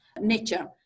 nature